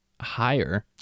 higher